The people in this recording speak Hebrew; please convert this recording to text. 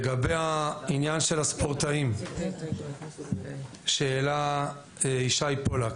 לגבי העניין של הספורטאים שהעלה ישי פולק,